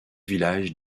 village